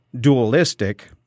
dualistic